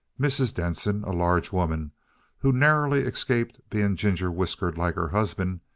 mrs. denson, a large woman who narrowly escaped being ginger-whiskered like her husband,